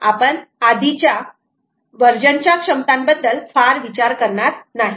आपण आधीच्या वर्जन च्या क्षमतांबद्दल फार विचार करणार नाहीत